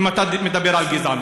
אם אתה מדבר על גזענות.